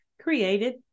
created